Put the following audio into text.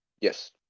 Yes